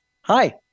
Hi